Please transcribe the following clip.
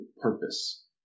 Purpose